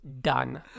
done